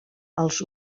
els